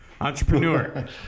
Entrepreneur